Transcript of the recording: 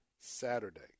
Saturday